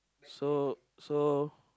so so